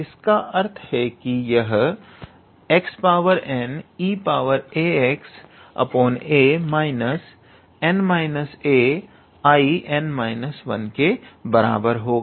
इसका अर्थ है कि यह xneaxa na 𝐼𝑛−1 के बराबर होगा